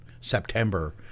September